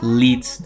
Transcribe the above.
leads